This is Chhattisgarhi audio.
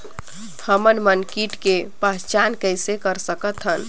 हमन मन कीट के पहचान किसे कर सकथन?